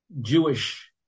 Jewish